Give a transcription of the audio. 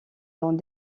dans